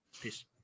Peace